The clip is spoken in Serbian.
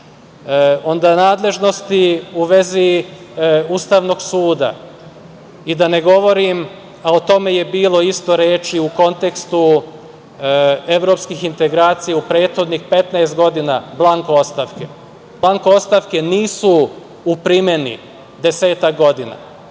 Onda nadležnosti u vezi Ustavnog suda i da ne govorim, a o tome je bilo isto reči u kontekstu evropskih integracije u prethodnih 15 godina blanko ostavke. Blanko ostavke nisu u primeni desetak godina